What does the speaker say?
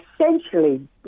essentially